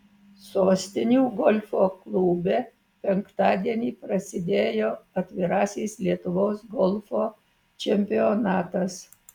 sostinių golfo klube penktadienį prasidėjo atvirasis lietuvos golfo čempionatas